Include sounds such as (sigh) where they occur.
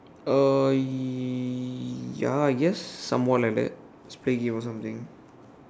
uh ya I guess some what like that just play game or something (breath)